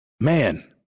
Man